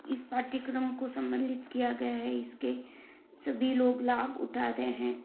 इस पाठ्यक्रम को सम्मलित किया गया है इसके सभी लोग लाभ उठा रहे हैं